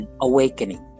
awakening